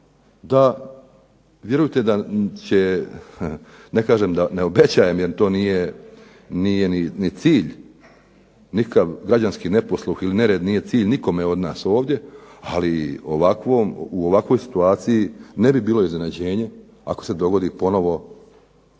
da, vjerujte da će, ne kažem, ne obećajem jer to nije ni cilj nikakav građanski neposluh ili nered nije cilj nikome od nas ovdje. Ali u ovakvoj situaciji ne bi bilo iznenađenje ako se dogodi ponovno